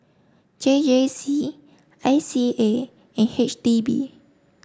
J J C I C A and H D B